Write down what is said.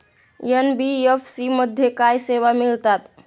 NBFC मध्ये काय सेवा मिळतात?